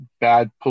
bad